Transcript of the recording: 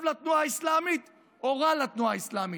לתנועה האסלאמית או רע לתנועה האסלאמית.